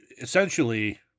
essentially